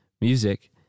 Music